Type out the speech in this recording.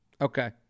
Okay